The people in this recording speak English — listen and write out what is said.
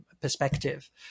perspective